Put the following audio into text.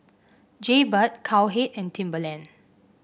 Jaybird Cowhead and Timberland